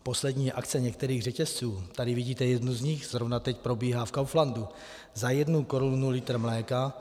Poslední akce některých řetězců, tady vidíte jednu z nich , zrovna teď probíhá v Kauflandu, za jednu korunu litr mléka.